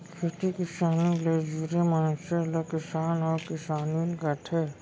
खेती किसानी ले जुरे मनसे ल किसान अउ किसानिन कथें